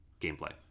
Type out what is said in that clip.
gameplay